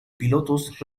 pilotos